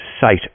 sight